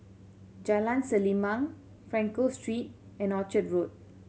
Jalan Selimang Frankel Street and Orchard Road